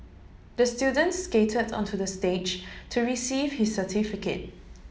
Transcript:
the student skated onto the stage to receive his certificate